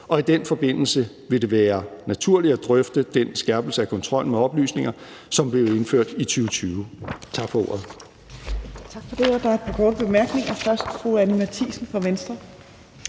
og i den forbindelse vil det være naturligt at drøfte den skærpelse af kontrollen med oplysninger, som blev indført i 2020. Tak for ordet.